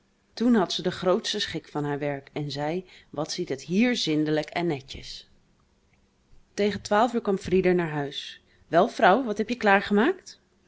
toen had ze de grootste schik van haar werk en zei wat ziet het hier zindelijk en netjes tegen twaalf uur kwam frieder naar huis wel vrouw wat heb je